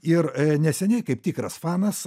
ir neseniai kaip tikras fanas